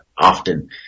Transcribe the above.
often